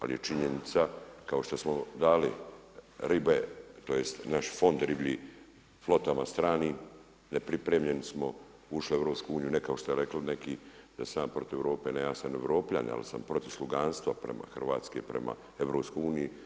Ali je činjenica kao što smo dali ribe tj. naš fond riblji flotama stranim, nepripremljeni smo ušli u EU ne kao što ste rekli neki da sam ja protiv Europe, ne ja sam Europljanin, ali sam protiv sluganstva Hrvatske prema EU.